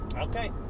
Okay